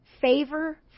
favor